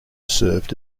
served